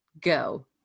Go